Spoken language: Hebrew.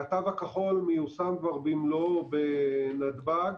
התו הכחול מיושם כבר במלואו בנתב"ג.